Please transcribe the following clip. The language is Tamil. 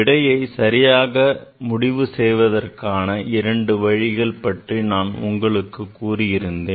விடையை சரியாக முடிவு செய்வதற்கான இரண்டு வழிகள் பற்றி நான் உங்களுக்கு கூறியிருந்தேன்